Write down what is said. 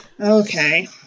Okay